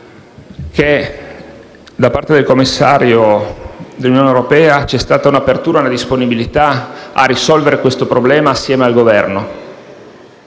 che da parte del commissario dell'Unione europea c'è stata un'apertura, una disponibilità, a risolvere questo problema insieme al Governo,